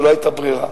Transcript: שלא היתה ברירה,